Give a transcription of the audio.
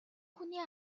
хүний